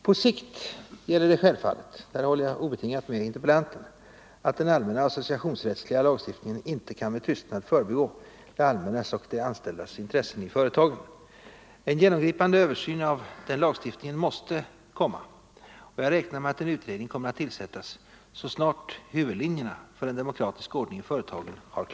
På sikt gäller självfallet — där håller jag obetingat med interpellanten — Nr 138 - att dem allmänng S5SocIACIOnsSTECLs BR) lagstiftningen inte an med tyst Måndagen den nad förbigå det "ääliriärinaa och de anställdas Mitreesen i företagen. En 9 december 1974 genomgripande översyn av denna lagstiftning måste därför komma, och jag räknar med att en utredning kommer att tillsättas så snart huvud Om lagfäst linjerna för en demokratisk ordning i företagen klarnat.